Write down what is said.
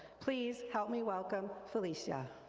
please help me welcome, felicia.